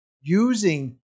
using